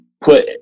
put